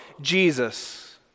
Jesus